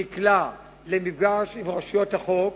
נקלע למפגש עם רשויות החוק